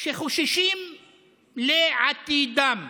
שחוששים לעתידם,